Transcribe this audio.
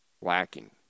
lacking